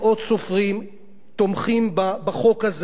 תומכים בחוק הזה ותומכים במהלך שלך.